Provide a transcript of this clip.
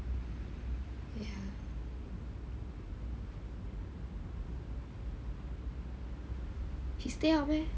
he stay away